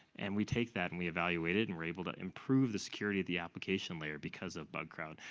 and we take that and we evaluate it, and we're able to improve the security of the application layer because of bug crowd.